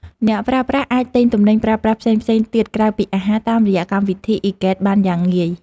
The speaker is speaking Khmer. អ្នកប្រើប្រាស់អាចទិញទំនិញប្រើប្រាស់ផ្សេងៗទៀតក្រៅពីអាហារតាមរយៈកម្មវិធីអ៊ីហ្គេតបានយ៉ាងងាយ។